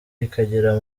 ikagera